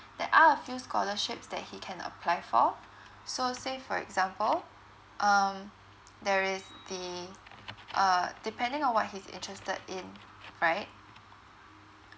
there are a few scholarships that he can apply for so say for example um there is the uh depending on what he's interested in right